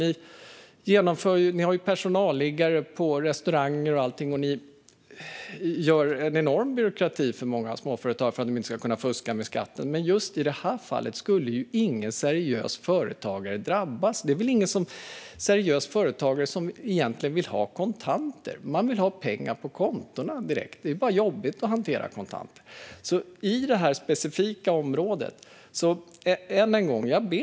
Regeringen har infört personalliggare på restauranger och så vidare. Ni har infört en enorm byråkrati för många småföretag så att de inte ska kunna fuska med skatten. Men i det här fallet skulle ingen seriös företagare drabbas. Det är väl ingen seriös företagare som egentligen vill ha kontanter. Man vill ha pengar på kontot direkt. Det är bara jobbigt att hantera kontanter.